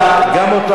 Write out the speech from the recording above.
גם,